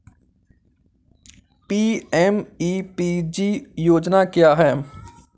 PMEPG योजना क्या है?